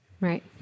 Right